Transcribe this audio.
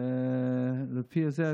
לפי זה,